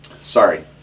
Sorry